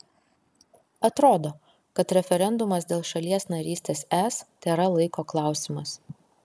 atrodo kad referendumas dėl šalies narystės es tėra laiko klausimas